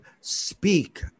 speak